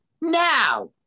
Now